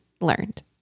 learned